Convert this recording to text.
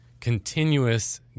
Continuous